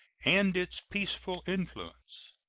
and its peaceful influence.